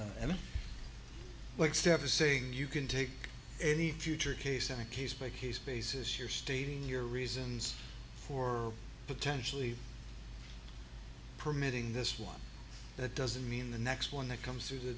are saying you can take any future case in a case by case basis you're stating your reasons for potentially permitting this one that doesn't mean the next one that comes through the